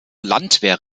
landwehr